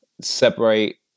separate